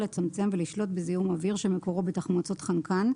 לצמצם ולשלוט בזיהום אוויר שמקורו בתחמוצות חנקן,